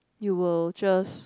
you will just